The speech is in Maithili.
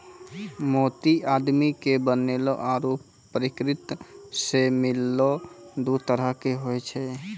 मोती आदमी के बनैलो आरो परकिरति सें मिललो दु तरह के होय छै